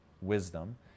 wisdom